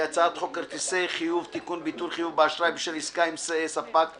הצעת חוק כרטיסי חיוב (תיקון ביטול חיוב באשראי בשל עסקה עם ספק מפר),